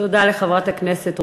תודה לחברת הכנסת רוזין.